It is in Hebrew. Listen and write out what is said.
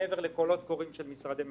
מעבר לקולות קוראים של משרדי ממשלה.